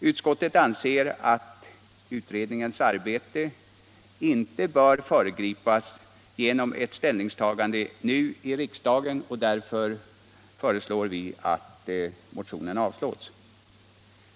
Utskottet anser att utredningens arbete inte bör föregripas genom ett ställningstagande nu i riksdagen. Därför avstyrks detta yrkande.